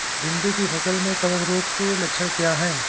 भिंडी की फसल में कवक रोग के लक्षण क्या है?